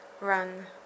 run